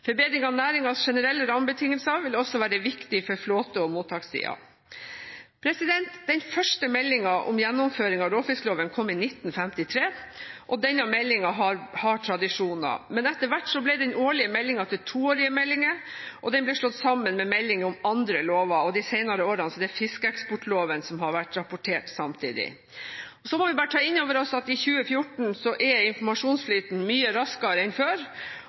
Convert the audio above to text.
Forbedring av næringens generelle rammebetingelser vil også være viktig for flåte- og mottakssiden. Den første meldingen om gjennomføring av råfiskloven kom i 1953. Denne meldingen har tradisjoner. Etter hvert ble den årlige meldingen til toårige meldinger, og den ble slått sammen med melding om andre lover, og de senere årene er det fiskeeksportloven som har vært rapportert samtidig. Så må vi bare ta inn over oss at i 2014 er informasjonsflyten mye raskere enn før,